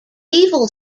evil